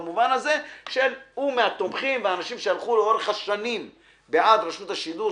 במובן הזה שהוא מהתומכים ומן האנשים שהלכו לאורך השנים בעד רשות השידור,